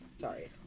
Sorry